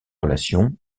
relations